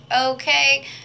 okay